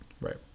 Right